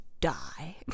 die